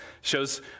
Shows